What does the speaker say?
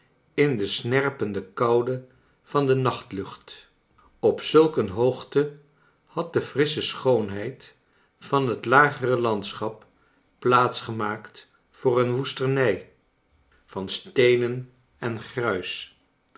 in de snerpende koude van de nachtlucht op zulk een hoogte had de frissohe schoonheid van het lagere landschap plaats gemaakt voor een woestenij van steenen en gruis